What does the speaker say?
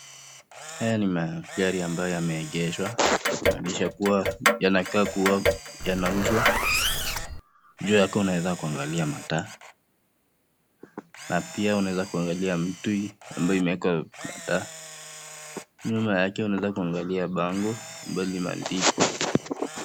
Haya ni magari ambayo yameegeshwa, kumaanisha kuwa yanakaa kuwa yanauzwa. Juu yake unaweza kuangalia mataa, na pia unaweza kuangalia mti ambayo imewekwa mataa, nyuma yake unaweza kuangalia bango ambalo limeandikwa.